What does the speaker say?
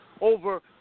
over